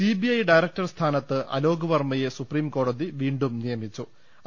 CBI director സ്ഥാനത്ത് അലോക് വർമ്മയെ സുപ്രീംകോ ടതി വീണ്ടും നിയമിച്ചു്